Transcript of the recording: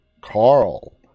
Carl